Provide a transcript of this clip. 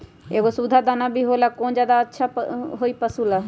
एगो सुधा दाना भी होला कौन ज्यादा अच्छा होई पशु ला?